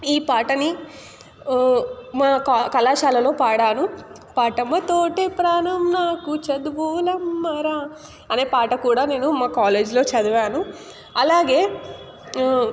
ఈ పాటని మా కళాశాలలో పాడాను పాటముతోటే ప్రాణం నాకు చదువులమ్మరా అనే పాట కూడా నేను మా కాలేజిలో చదివాను అలాగే